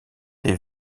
des